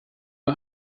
man